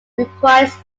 reprise